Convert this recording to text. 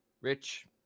rich